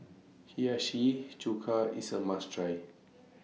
Hiyashi Chuka IS A must Try